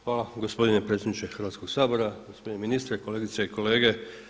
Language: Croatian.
Hvala gospodine predsjedniče Hrvatskoga sabora, gospodine ministre, kolegice i kolege.